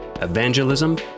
evangelism